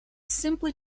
simply